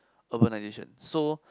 urbanization so